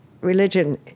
religion